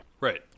Right